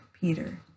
Peter